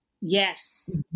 Yes